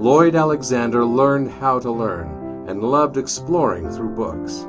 lloyd alexander learned how to learn and loved exploring through books.